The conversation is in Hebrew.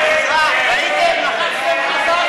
ההסתייגות (34) ולחלופין של קבוצת סיעת יש עתיד